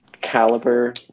caliber